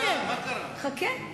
בסדר, חכה.